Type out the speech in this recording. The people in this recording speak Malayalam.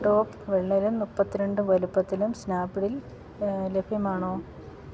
ടോപ്പ് വെള്ളയിലും മുപ്പത്തിരണ്ട് വലിപ്പത്തിലും സ്നാപ്ഡീലില് ലഭ്യമാണോ